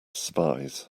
spies